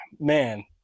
man